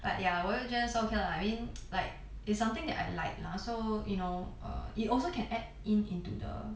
but ya 我就觉得说 okay lah I mean like it's something that I like lah so you know err it also can add in into the